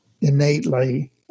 innately